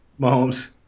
Mahomes